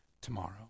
tomorrow